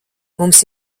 mums